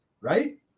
right